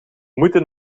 moeten